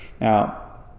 Now